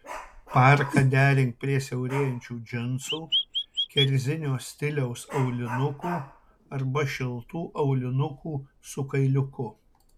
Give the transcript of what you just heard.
parką derink prie siaurėjančių džinsų kerzinio stiliaus aulinukų arba šiltų aulinukų su kailiuku